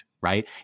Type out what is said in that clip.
right